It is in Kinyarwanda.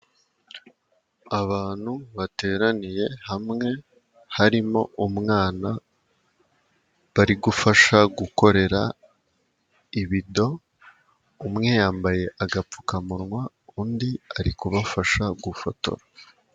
Abantu bateraniye hamwe, harimo umwana bari gufasha gukorera ibido, umwe yambaye agapfukamunwa undi ari kubafasha gufotora.